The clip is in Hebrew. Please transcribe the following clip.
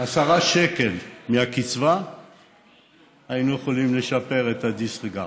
10 שקלים מהקצבה היינו יכולים לשפר את ה-disregard,